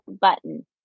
button